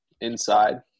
inside